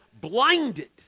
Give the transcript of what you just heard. blinded